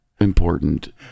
important